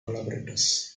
collaborators